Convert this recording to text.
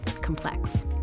complex